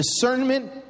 discernment